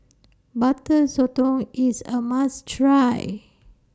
Butter Sotong IS A must Try